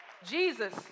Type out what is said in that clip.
Jesus